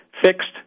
fixed